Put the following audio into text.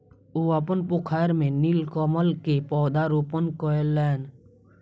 ओ अपन पोखैर में नीलकमल के पौधा रोपण कयलैन